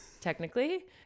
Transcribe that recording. technically